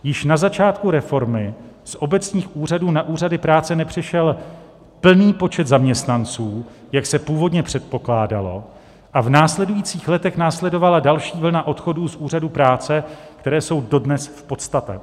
Již na začátku reformy z obecních úřadů na úřady práce nepřešel plný počet zaměstnanců, jak se původně předpokládalo, a v následujících letech následovala další vlna odchodů z úřadů práce, které jsou dodnes v podstavech.